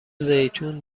زیتون